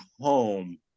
home